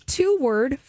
two-word